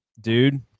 dude